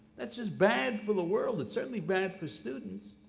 that's just bad for the world. it's certainly bad for students.